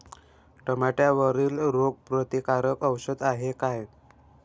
टमाट्यावरील रोग प्रतीकारक औषध हाये का?